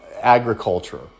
agriculture